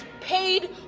paid